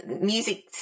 music